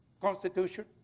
Constitution